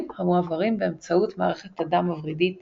המועברים באמצעות מערכת הדם הוורידית